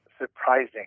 surprising